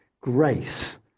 grace